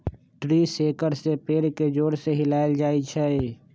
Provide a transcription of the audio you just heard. tree shaker से पेड़ के जोर से हिलाएल जाई छई